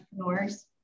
entrepreneurs